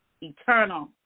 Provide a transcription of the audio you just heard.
eternal